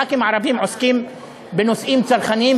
הח"כים הערבים עוסקים בנושאים צרכניים,